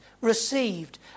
received